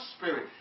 spirit